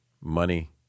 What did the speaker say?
money